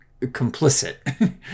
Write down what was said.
complicit